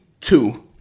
two